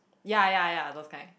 ya ya ya those kind